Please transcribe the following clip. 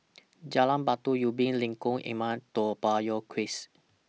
Jalan Batu Ubin Lengkong Enam Toa Payoh Crest